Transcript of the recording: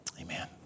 Amen